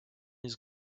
his